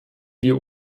wir